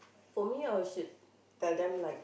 for me I would should tell them like